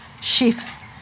shifts